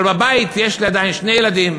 אבל בבית יש לי עדיין שני ילדים,